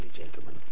gentlemen